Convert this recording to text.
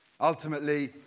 Ultimately